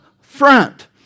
front